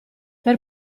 per